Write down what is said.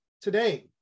today